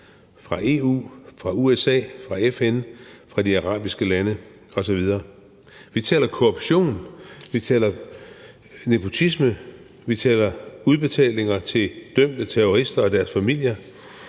fra EU, fra USA, fra FN, fra de arabiske lande osv. Vi taler korruption, vi taler nepotisme, vi taler udbetalinger til dømte terrorister og deres familier,